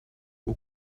aux